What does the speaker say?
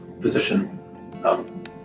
physician